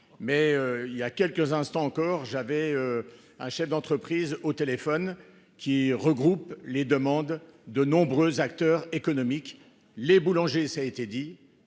mais il y a quelques instants encore, j'avais. Un chef d'entreprise au téléphone qui regroupe les demandes de nombreux acteurs économiques, les boulangers, ça a été dit,